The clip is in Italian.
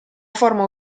forma